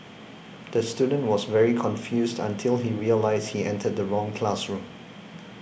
the student was very confused until he realised he entered the wrong classroom